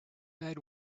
had